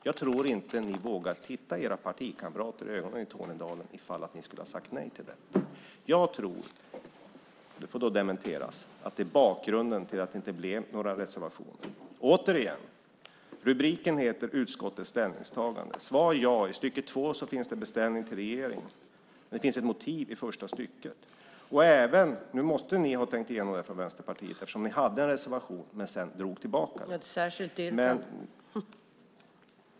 Jag tror inte att ni hade vågat titta era partikamrater i Tornedalen i ögonen om ni sagt nej till detta. Jag tror - det får då dementeras - att det är bakgrunden till att det inte blev några reservationer. Återigen: Rubriken heter "Utskottets ställningstagande". I andra stycket finns det en beställning till regeringen. Men i första stycket finns det ett motiv. Ni måste ha tänkt igenom det här från Vänsterpartiet eftersom ni hade en reservation men drog tillbaka den.